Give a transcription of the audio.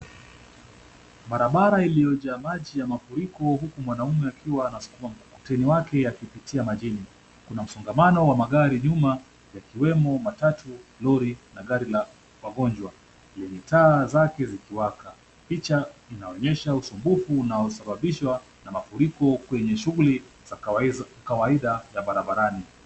Barabara iliyojaa maji ya mafuriko huku mwanamume akiwa anaskuma mkokoteni wake akipitia majini. Kuna msongamano wa magari nyuma yakiwemo matatu, lori na gari la wagonjwa yenye taa zake zikiwaka. Picha inaonyesha upungufu unaosababishwa mafuriko kwenye shughuli za kawaida ya barabarani.